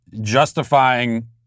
justifying